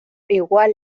igual